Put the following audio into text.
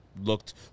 looked